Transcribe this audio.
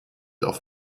auf